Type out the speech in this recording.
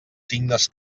signes